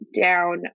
down